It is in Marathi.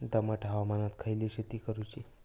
दमट हवामानात खयली शेती करूची?